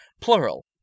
Plural